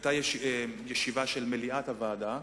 היתה ישיבה של מליאת הוועדה,